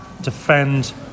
defend